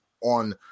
on